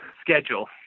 schedule